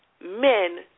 Men